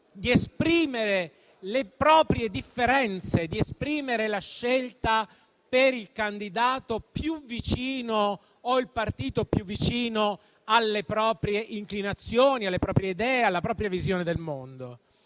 di esprimere le proprie differenze, di esprimere la scelta per il candidato più vicino o per il partito più vicino alle proprie inclinazioni, alle proprie idee, alla propria visione del mondo.